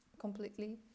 completely